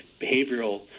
behavioral